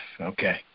okay